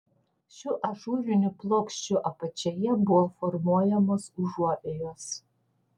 šių ažūrinių plokščių apačioje buvo formuojamos užuovėjos